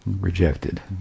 Rejected